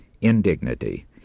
indignity